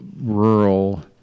rural